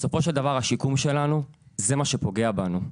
בסופו של דבר הסיכום שלנו זה מה שפוגע בנו.